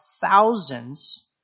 thousands